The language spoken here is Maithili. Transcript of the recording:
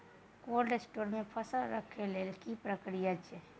कोल्ड स्टोर मे फसल रखय लेल की प्रक्रिया अछि?